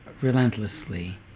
relentlessly